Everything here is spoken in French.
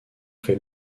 fait